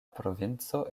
provinco